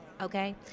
okay